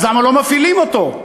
אז למה לא מפעילים אותו,